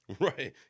Right